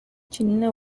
சின்ன